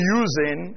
using